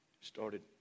Started